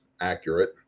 accurate